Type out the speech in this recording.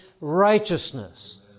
righteousness